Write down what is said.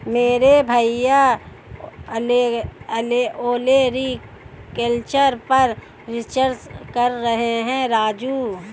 मेरे भैया ओलेरीकल्चर पर रिसर्च कर रहे हैं राजू